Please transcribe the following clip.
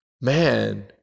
man